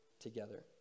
together